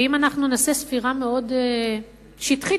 אם נעשה ספירה, אפילו שטחית,